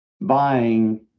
buying